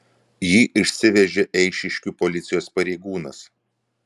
jį išsivežė eišiškių policijos pareigūnas